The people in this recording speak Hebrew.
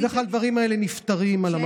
בדרך כלל הדברים האלה נפתרים על המקום.